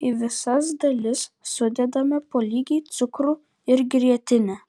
į visas dalis sudedame po lygiai cukrų ir grietinę